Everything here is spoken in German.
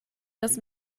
das